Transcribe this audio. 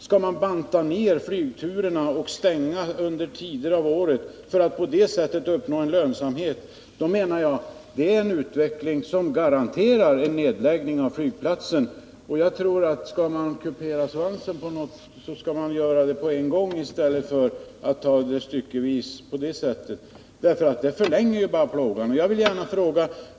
Skall man banta ned antalet flygturer och lägga ned trafiken under vissa tider av året för att på det sättet uppnå en lönsamhet? Jag menar att det är en utveckling som garanterat leder till en nedläggning av flygplatsen. Om svansen skall kuperas, skall det ske på en gång, inte styckevis. Annars förlänger man bara plågan.